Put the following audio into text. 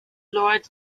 lord